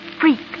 freak